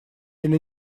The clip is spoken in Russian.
или